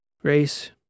Grace